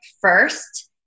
first